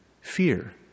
fear